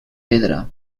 pedra